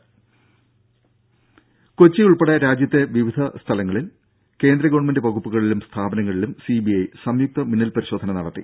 ദ്ദേ കൊച്ചി ഉൾപ്പെടെ രാജ്യത്തെ നിരവധി സ്ഥലങ്ങളിലെ കേന്ദ്ര ഗവൺമെന്റ് വകുപ്പുകളിലും സ്ഥാപനങ്ങളിലും സി ബി ഐ സംയുക്ത മിന്നൽ പരിശോധന നടത്തി